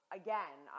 again